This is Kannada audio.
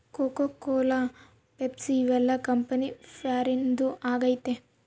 ಕೋಕೋ ಕೋಲ ಪೆಪ್ಸಿ ಇವೆಲ್ಲ ಕಂಪನಿ ಫಾರಿನ್ದು ಆಗೈತೆ